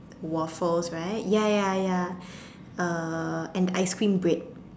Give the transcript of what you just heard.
waffles right ya ya ya uh and ice-cream bread